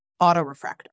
autorefractor